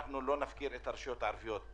אנחנו לא נפקיר את הרשויות הערביות .